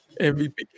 MVP